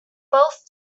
both